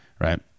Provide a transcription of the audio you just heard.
right